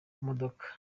modoka